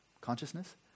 consciousness